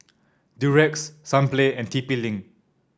Durex Sunplay and T P Link